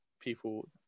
people